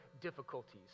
difficulties